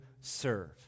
serve